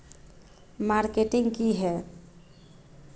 Marketing की है?